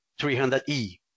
300E